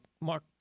Mark